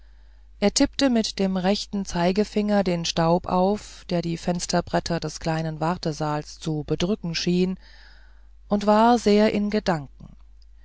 er tippte mit dem rechten zeigefinger den staub auf der die fensterbretter des kleinen wartesaals zu bedrücken schien und war sehr in gedanken